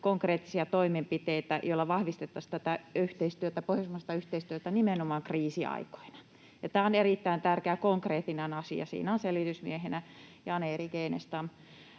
konkreettisia toimenpiteitä, joilla vahvistettaisiin tätä yhteistyötä, pohjoismaista yhteistyötä, nimenomaan kriisiaikoina. Tämä on erittäin tärkeä konkreettinen asia, siinä on selvitysmiehenä Jan-Erik Enestam.